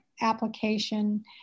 application